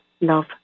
love